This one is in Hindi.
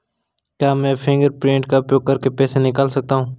क्या मैं फ़िंगरप्रिंट का उपयोग करके पैसे निकाल सकता हूँ?